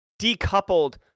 decoupled